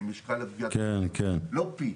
לא פי.